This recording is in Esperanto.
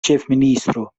ĉefministro